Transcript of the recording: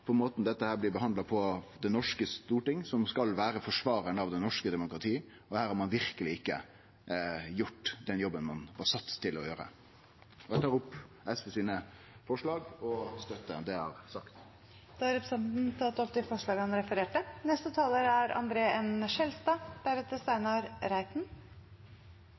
måten dette blir behandla på av det norske storting, som skal vere forsvararen av det norske demokratiet. Her har ein verkeleg ikkje gjort den jobben ein er sett til å gjere. Eg tar opp forslaga frå SV. Representanten Torgeir Knag Fylkesnes har tatt opp de forslagene han refererte til. Venstre har sterk tro på internasjonalt samarbeid. Handel er